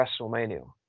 WrestleMania